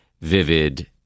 vivid